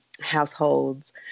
households